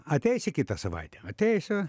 ateisi kitą savaitę ateisiu